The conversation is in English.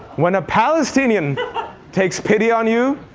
when a palestinian takes pity on you,